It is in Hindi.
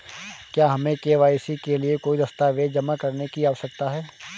क्या हमें के.वाई.सी के लिए कोई दस्तावेज़ जमा करने की आवश्यकता है?